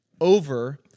over